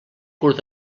curt